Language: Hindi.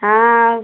हाँ